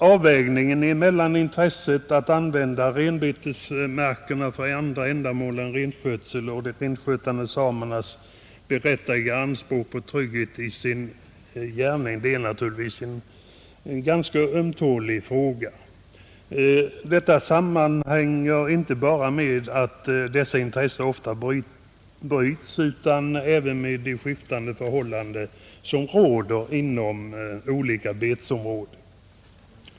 Avvägningen mellan intresset att använda renbetesmarkerna för andra ändamål än renskötsel och de renskötande samernas berättigade anspråk på trygghet i sin gärning är naturligtvis en ganska ömtålig fråga. Detta sammanhänger inte bara med att dessa intressen ofta bryts mot varandra utan även med de skiftande förhållanden som råder inom olika betesområden.